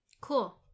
Cool